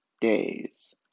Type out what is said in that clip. days